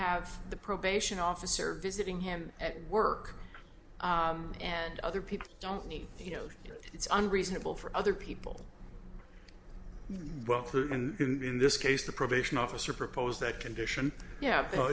have the probation officer visiting him at work and other people don't need you know it's unreasonable for other people well clearly and in this case the probation officer proposed that condition yeah